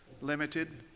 limited